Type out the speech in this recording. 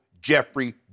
Jeffrey